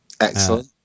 Excellent